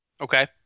Okay